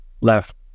left